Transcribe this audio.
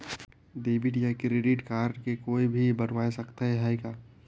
Debit या credit card के कोई भी बनवाय सकत है का?